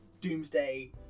Doomsday